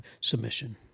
submission